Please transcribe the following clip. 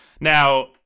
Now